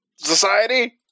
society